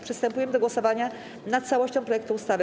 Przystępujemy do głosowania nad całością projektu ustawy.